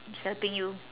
it's helping you